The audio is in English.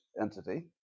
entity